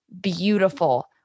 beautiful